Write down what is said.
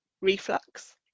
reflux